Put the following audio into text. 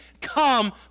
come